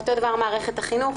אותו דבר מערכת החנוך,